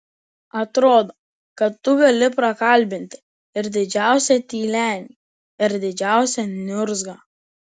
atrodo kad tu gali prakalbinti ir didžiausią tylenį ir didžiausią niurzgą